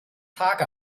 tag